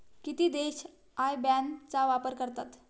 किती देश IBAN चा वापर करतात?